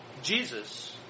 Jesus